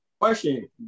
Question